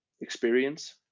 experience